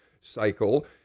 cycle